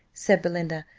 said belinda,